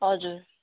हजुर